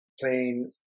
playing